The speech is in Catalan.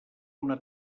una